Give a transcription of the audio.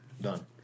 done